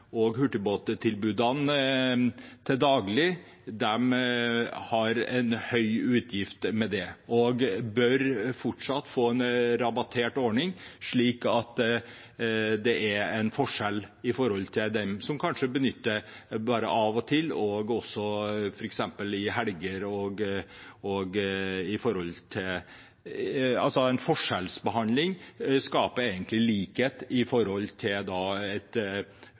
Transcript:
til daglig, har en høy utgift til det og bør fortsatt få en rabattert ordning, slik at det blir en forskjell mellom disse og dem som kanskje benytter dem bare av og til og i helger. En forskjellsbehandling skaper egentlig likhet når det gjelder et fritt bo- og arbeidsområde. Så er vi i